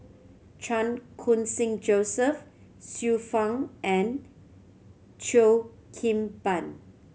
Chan Khun Sing Joseph Xiu Fang and Cheo Kim Ban